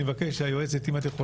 אני מבקש היועצת המשפטית אם את יכולה